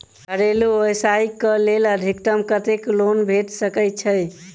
घरेलू व्यवसाय कऽ लेल अधिकतम कत्तेक लोन भेट सकय छई?